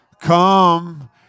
come